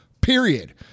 period